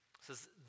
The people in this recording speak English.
says